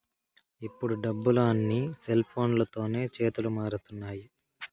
ఇప్పుడు డబ్బులు అన్నీ సెల్ఫోన్లతోనే చేతులు మారుతున్నాయి